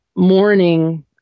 morning